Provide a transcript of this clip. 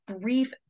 brief